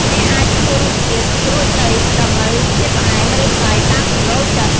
អ្នកអាចភ្លក្សរសជាតិ រួចលៃតម្រូវជាតិផ្អែម ឬប្រៃតាមចំណូលចិត្ត។